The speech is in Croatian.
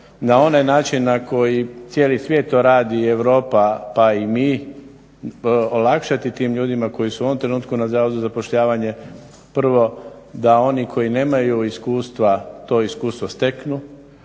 na onaj način na koji cijeli svijet to radi i Europa pa i mi olakšati tim ljudima koji su u ovom trenutku na Zavodu za zapošljavanje. Prvo da oni koji nemaju iskustva to iskustvo steknu,